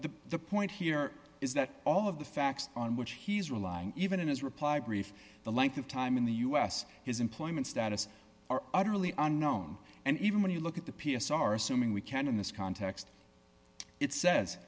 the point here is that all of the facts on which he's relying even in his reply brief the length of time in the u s his employment status are utterly unknown and even when you look at the p s r assuming we can in this context it says